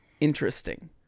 interesting